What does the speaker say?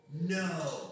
No